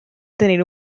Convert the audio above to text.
tenir